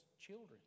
children